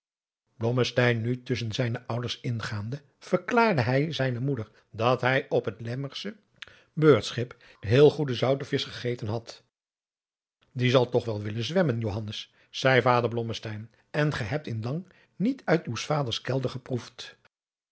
nu tusschen zijne ouders ingaande verklaarde hij zijne moeder dat hij op het lemmersche beurtschip heel goeden zoutevisch gegeten had die zal toch wel willen zwemmen johannes zeî vader blommesteyn en gij hebt in lang niet uit uws vaders kelder geproefd